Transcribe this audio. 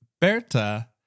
Berta